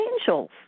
angels